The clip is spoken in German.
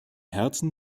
herzen